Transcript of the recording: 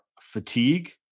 fatigue